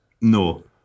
No